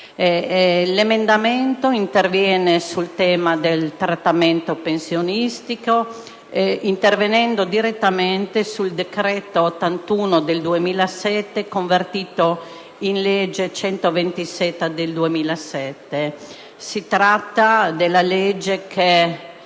L'emendamento 2.25 agisce sul tema del trattamento pensionistico, intervenendo direttamente sul decreto-legge n. 81 del 2007, convertito nella legge n. 127 del 2007. Si tratta della legge che,